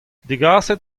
degaset